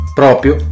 proprio